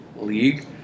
league